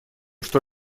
что